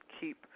keep